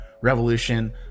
revolution